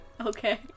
Okay